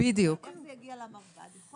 איך זה יגיע למרב"ד?